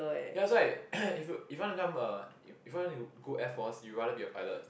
ya that's why if you if you want to become a if you want to go Air-Force you would rather be a pilot